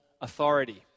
authority